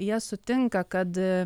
jie sutinka kad